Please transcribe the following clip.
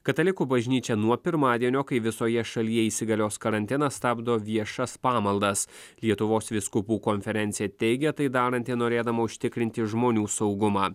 katalikų bažnyčia nuo pirmadienio kai visoje šalyje įsigalios karantinas stabdo viešas pamaldas lietuvos vyskupų konferencija teigė tai daranti norėdama užtikrinti žmonių saugumą